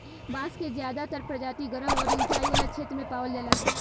बांस के ज्यादातर प्रजाति गरम अउरी उचाई वाला क्षेत्र में पावल जाला